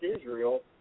Israel